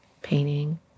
painting